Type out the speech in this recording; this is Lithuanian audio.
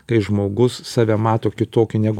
kai žmogus save mato kitokį negu